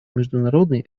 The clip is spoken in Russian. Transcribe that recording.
международной